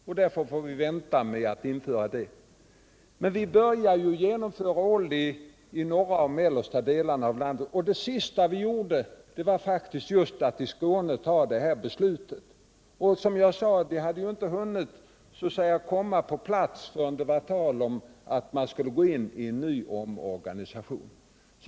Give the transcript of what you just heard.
Och därför får vi vänta med att införa det systemet. Men vi började ju genomföra OLLI-organisationen i norra och mellersta delarna av landet, och det sista vi gjorde var att genomföra beslutet beträffande Skåne. Men det hela hade inte hunnit komma på plats så att säga, förrän det var tal om att gå in i en ny organisation.